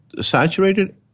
saturated